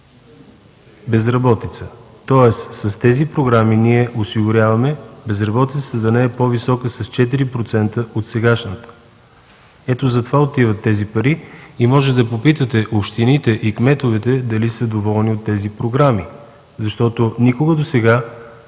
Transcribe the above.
безработица, тоест с тези програми осигуряваме безработицата да не е по-висока с 4% от сегашната. Ето за това отиват тези пари и може да попитате общините и кметовете дали са доволни от тези програми. По този начин помагаме на общините